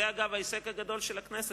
אגב, זה ההישג הגדול של הכנסת.